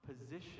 position